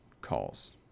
calls